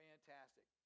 Fantastic